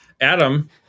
Adam